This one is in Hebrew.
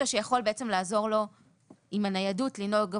שיכול לעזור לו עם הניידות ולנהוג עבורו.